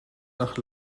nach